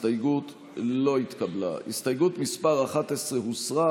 ההסתייגות (10) של חברי הכנסת יאיר לפיד,